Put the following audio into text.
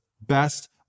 best